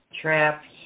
trapped